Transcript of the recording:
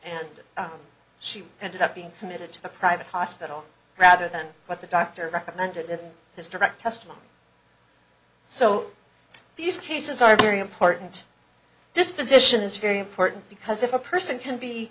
and she ended up being committed to a private hospital rather than what the doctor recommended in his direct testimony so these cases are very important this position is very important because if a person can be